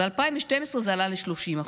ב-2012 זה עלה ל-30%.